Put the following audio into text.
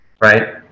right